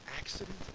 accident